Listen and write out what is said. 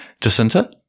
Jacinta